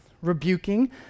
rebuking